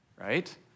right